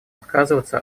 отказываться